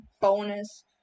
bonus